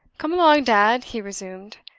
come along, dad! he resumed.